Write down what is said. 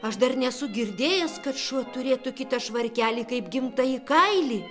aš dar nesu girdėjęs kad šuo turėtų kitą švarkelį kaip gimtąjį kailį